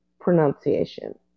pronunciation